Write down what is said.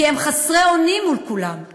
כי הם חסרי אונים מול כולם,